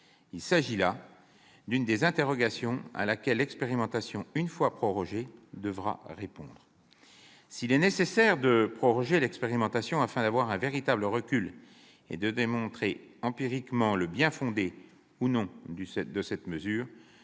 Il s'agit là d'une des interrogations auxquelles l'expérimentation, une fois prorogée, devra répondre. Ainsi donc, s'il est nécessaire de proroger l'expérimentation afin d'avoir un véritable recul et de démontrer empiriquement le bien-fondé ou l'inutilité de cette mesure,